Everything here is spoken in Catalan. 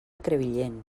crevillent